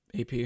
AP